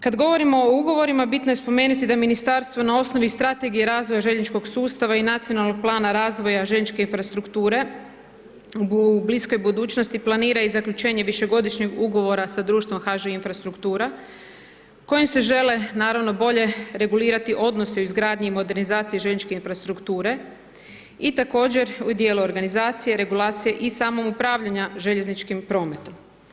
Kad govorimo o ugovorima bitno je spomenuti da ministarstvo na osnovi Strategije razvoja željezničkog sustava i Nacionalnog plana razvoja željezničke infrastrukture u bliskoj budućnosti planira i zaključenje višegodišnjeg ugovora sa društvom HŽ Infrastruktura, kojim se žele naravno bolje regulirati odnosi o izgradnji i modernizaciji željezničke infrastrukture i također u dijelu organizacije, regulacije i samog upravljanja željezničkim prometom.